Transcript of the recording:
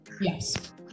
Yes